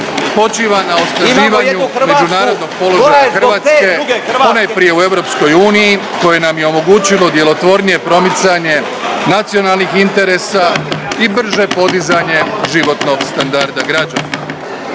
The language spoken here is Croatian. zbog te druge Hrvatske …/…… položaja Hrvatske ponajprije u EU koje nam je omogućilo djelotvornije promicanje nacionalnih interesa i brže podizanje životnog standarda građana.